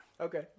okay